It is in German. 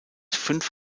fünf